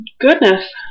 Goodness